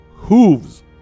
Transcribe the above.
Hooves